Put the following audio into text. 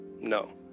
no